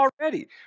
already